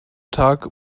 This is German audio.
tag